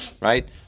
right